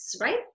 right